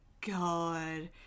God